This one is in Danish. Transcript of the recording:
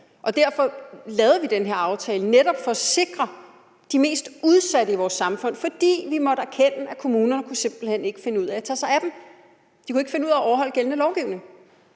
og derfor lavede vi den her aftale – netop for at sikre de mest udsatte i vores samfund, fordi vi måtte erkende, at kommunerne simpelt hen ikke kunne finde ud af at tage sig af dem. De kunne ikke finde ud af at overholde gældende lovgivning.